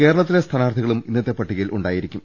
കേരളത്തിലെ സ്ഥാനാർഥികളും ഇന്നത്തെ പട്ടികയിൽ ഉണ്ടായിരിക്കും